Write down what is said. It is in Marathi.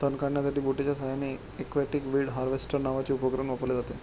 तण काढण्यासाठी बोटीच्या साहाय्याने एक्वाटिक वीड हार्वेस्टर नावाचे उपकरण वापरले जाते